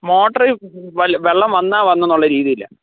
motor വല്ലതും വെള്ളം വന്നാൽ വന്നുന്നുള്ള രീതിയിലാണ്